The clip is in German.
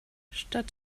statt